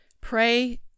Pray